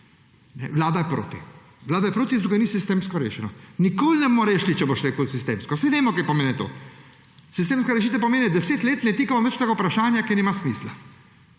Vlada je proti. Vlada je proti, zato ker ni sistemsko rešeno. Nikoli ne bomo rešili, če bo šlo sistemsko, saj vemo, kaj pomeni to. Sistemska rešitev pomeni 10 let – ne dotikamo se več tega vprašanja, ker nima smisla.